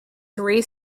three